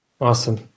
Awesome